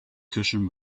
cushion